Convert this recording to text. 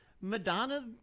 Madonna's